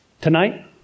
Tonight